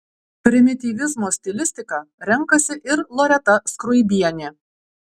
primityvizmo stilistiką renkasi ir loreta skruibienė